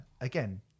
Again